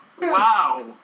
Wow